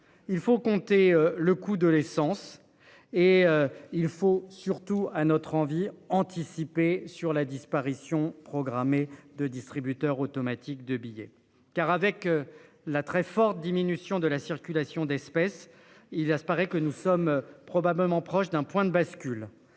il faut compter le coût de l'essence et il faut surtout à notre envie anticiper sur la disparition programmée de distributeurs automatiques de billets, car avec la très forte diminution de la circulation d'espèces, il apparaît que nous sommes. Probablement proches d'un point de bascule.